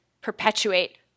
perpetuate